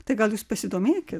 tai gal jūs pasidomėkit